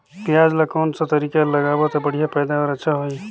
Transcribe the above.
पियाज ला कोन सा तरीका ले लगाबो ता बढ़िया पैदावार अच्छा होही?